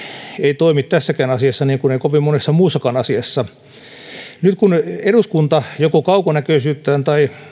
ei toimi tässäkään asiassa niin kuin ei kovin monessa muussakaan asiassa nyt kun eduskunta joko kaukonäköisyyttään tai